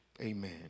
Amen